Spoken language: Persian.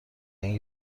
این